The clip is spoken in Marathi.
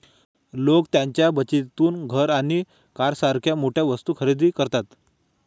लोक त्यांच्या बचतीतून घर आणि कारसारख्या मोठ्या वस्तू खरेदी करतात